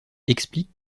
explique